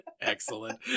Excellent